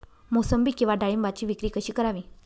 मोसंबी किंवा डाळिंबाची विक्री कशी करावी?